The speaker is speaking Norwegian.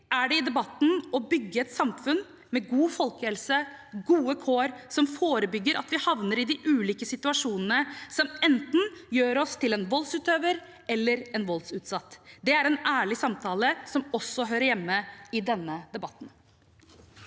er det å bygge et samfunn med god folkehelse, gode kår, som forebygger at vi havner i de ulike situasjonene som gjør oss til enten en voldsutøver eller en voldsutsatt. Det er en ærlig samtale som også hører hjemme i denne debatten.